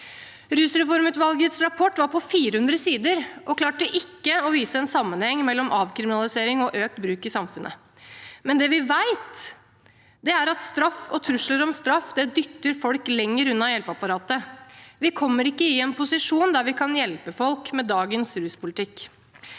Rusreformutvalgets rapport var på 400 sider og klarte ikke å vise en sammenheng mellom avkriminalise ring og økt bruk i samfunnet. Det vi vet, er at straff og trusler om straff dytter folk lenger unna hjelpeapparatet. Med dagens ruspolitikk kommer vi ikke i en posisjon der vi kan hjelpe folk. Vi kan ikke